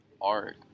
art